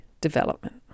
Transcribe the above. development